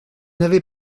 n’avez